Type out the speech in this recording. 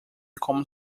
como